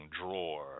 drawer